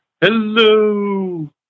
Hello